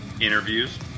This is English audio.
Interviews